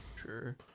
Sure